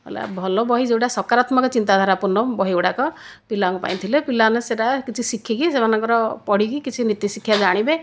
ମଲା ଭଲ ବହି ଯେଉଁଟା ସକାରାତ୍ମକ ଚିନ୍ତାଧାରା ପୂର୍ଣ୍ଣ ବହିଗୁଡ଼ାକ ପିଲାଙ୍କ ପାଇଁ ଥିଲେ ପିଲାମାନେ ସେଇଟା କିଛି ଶିଖିକି ସେମାନଙ୍କର ପଢ଼ିକି କିଛି ନୀତିଶିକ୍ଷା ଜାଣିବେ